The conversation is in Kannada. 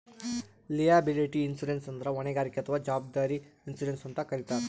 ಲಯಾಬಿಲಿಟಿ ಇನ್ಶೂರೆನ್ಸ್ ಅಂದ್ರ ಹೊಣೆಗಾರಿಕೆ ಅಥವಾ ಜವಾಬ್ದಾರಿ ಇನ್ಶೂರೆನ್ಸ್ ಅಂತ್ ಕರಿತಾರ್